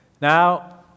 Now